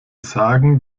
sagen